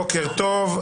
בוקר טוב,